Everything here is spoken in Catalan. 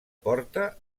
porta